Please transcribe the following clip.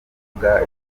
uvuga